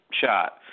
shot